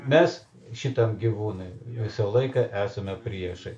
mes šitam gyvūnui visą laiką esame priešai